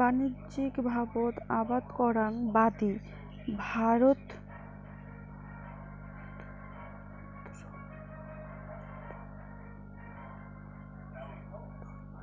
বাণিজ্যিকভাবত আবাদ করাং বাদি ভারতর ম্যালা অঞ্চলত